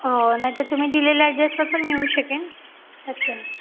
हो नाही तर तुम्ही दिलेल्या ॲड्रेसवर पण मी येऊ शकेन त्यात काय